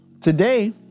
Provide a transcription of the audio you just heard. today